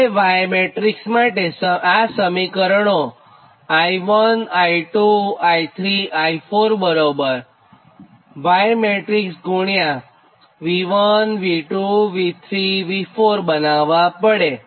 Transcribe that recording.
આપણે Y matrix માટે આપણે આ સમીકરણો I1 I2 I3 I4 બરાબર Y મેટ્રીક્સ ગુણ્યા V1 V2 V3 V4 બનાવ્વા પડે